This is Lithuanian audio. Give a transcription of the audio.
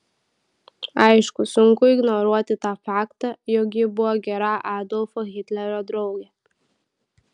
aišku sunku ignoruoti tą faktą jog ji buvo gera adolfo hitlerio draugė